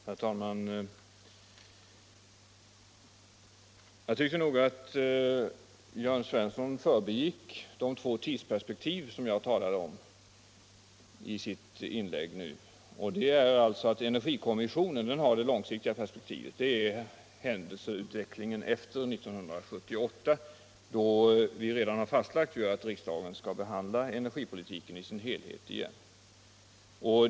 Herr talman! Jag tycker nog att Jörn Svensson i sitt inlägg gick förbi de två tidsperspektiv som jag talade om. Energikommissionen har alitså det långsiktiga perspektivet, händelseutvecklingen efter 1978 då vi redan fastlagt att riksdagen skall behandla energipolitiken i dess helhet igen.